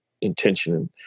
intention